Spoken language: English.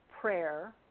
prayer